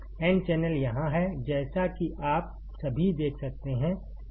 N channel यहाँ है जैसा कि आप सभी देख सकते हैं